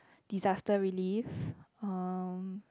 disaster relief um